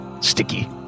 sticky